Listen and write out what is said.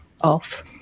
off